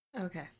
Okay